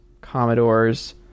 Commodores